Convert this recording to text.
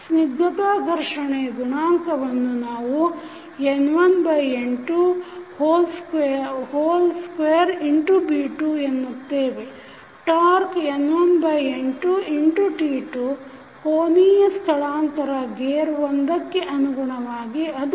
ಸ್ನಿಗ್ಧತಾ ಘರ್ಷಣೆ ಗುಣಾಂಕವನ್ನು ನಾವು N1N22B2 ಎನ್ನುತ್ತೇವೆ ಟಾಕ್೯ N1N2T2 ಕೋನೀಯ ಸ್ಥಳಾಂತರ ಗೇರ್ 1 ಕ್ಕೆ ಅನುಗುಣವಾಗಿ ಅದು N1N22